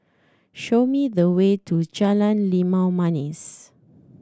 show me the way to Jalan Limau Manis